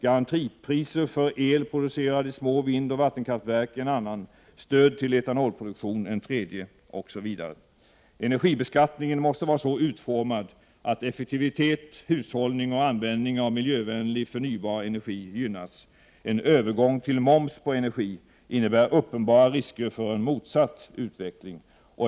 Garantipriser för el producerad i små vindoch vattenkraftverk är en annan åtgärd, stöd till etanolproduktion en tredje osv. Energibeskattningen måste vara så utformad att effektivitet, hushållning och användning av miljövänlig, förnybar energi gynnas. En övergång till moms på energi innebär uppenbara risker för en motsatt utveckling.